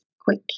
quick